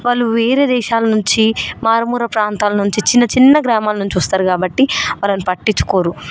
వాళ్ళువేరే దేశాల నుంచి మారుమూర ప్రాంతాల నుంచి చిన్న చిన్న గ్రామాల నుంచి వస్తారు కాబట్టి వాళ్ళని పట్టించుకోరు